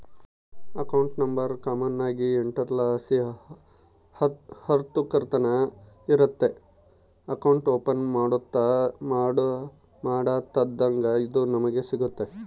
account number common ಆಗಿ ಎಂಟುರ್ಲಾಸಿ ಹತ್ತುರ್ತಕನ ಇರ್ತತೆ ಅಕೌಂಟ್ ಓಪನ್ ಮಾಡತ್ತಡ ಇದು ನಮಿಗೆ ಸಿಗ್ತತೆ